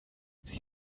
sie